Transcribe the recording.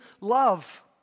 love